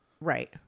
Right